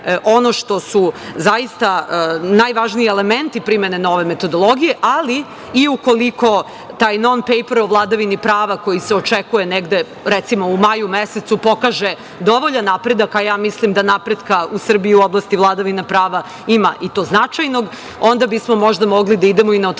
ono što su zaista najvažniji elementi primene nove metodologije ali i u koliko taj „nonpejper“ o vladavini prava koji se očekuje negde, recimo u maju mesecu, pokaže dovoljan napredak. Mislim da napretka u Srbiji u oblasti vladavine prava ima i to značajno, onda bismo možda mogli da idemo i na otvaranje